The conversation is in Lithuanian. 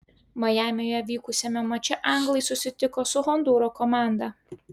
majamyje vykusiame mače anglai susitiko su hondūro komanda